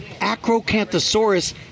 Acrocanthosaurus